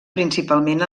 principalment